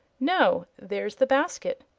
no. there's the basket.